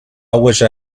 wished